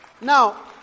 Now